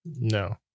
No